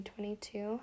2022